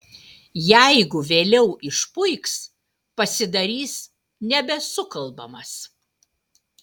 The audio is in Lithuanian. jeigu vėliau išpuiks pasidarys nebesukalbamas